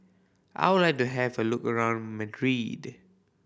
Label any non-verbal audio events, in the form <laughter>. I would like to have a look around <unintelligible>